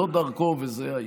זו דרכו וזה האיש.